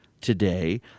today